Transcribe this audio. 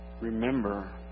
Remember